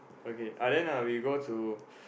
okay uh then uh we go to